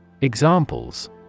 Examples